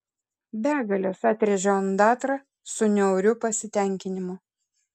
begalės atrėžė ondatra su niauriu pasitenkinimu